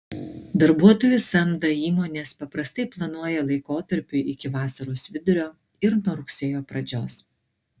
darbuotojų samdą įmonės paprastai planuoja laikotarpiui iki vasaros vidurio ir nuo rugsėjo pradžios